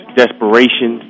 desperation